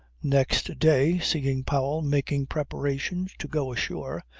next day, seeing powell making preparations to go ashore,